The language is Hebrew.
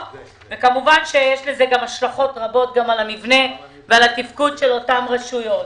וכמובן שיש לזה השלכות רבות גם על המבנה והתפקוד של אותן רשויות.